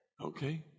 Okay